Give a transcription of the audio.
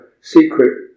secret